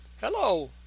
Hello